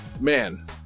man